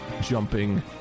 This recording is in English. jumping